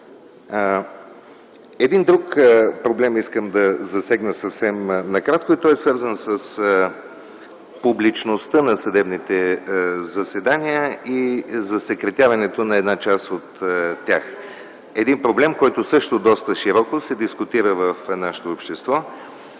Един друг проблем искам да засегна съвсем накратко и той е свързан с публичността на съдебните заседания и засекретяването на една част от тях. Това е един проблем, който също доста широко се дискутира в нашето общество.